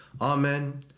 Amen